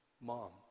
mom